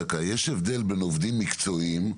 יש הבדל בין עובדים מקצועיים,